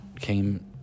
came